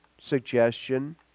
suggestion